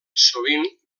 sovint